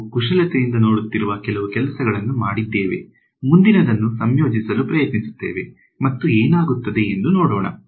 ನಾವು ಕುಶಲತೆಯಿಂದ ನೋಡುತ್ತಿರುವ ಕೆಲವು ಕೆಲಸಗಳನ್ನು ಮಾಡಿದ್ದೇವೆ ಮುಂದಿನದನ್ನು ಸಂಯೋಜಿಸಲು ಪ್ರಯತ್ನಿಸುತ್ತೇವೆ ಮತ್ತು ಏನಾಗುತ್ತದೆ ಎಂದು ನೋಡೋಣ